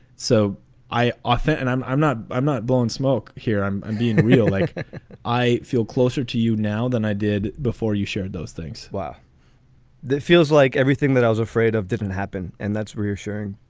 so i often and i'm i'm not i'm not blowing smoke here. i'm i'm being real. like i feel closer to you now than i did before you shared those things. wow that feels like everything that i was afraid of didn't happen. and that's reassuring,